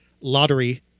lottery